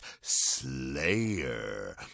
slayer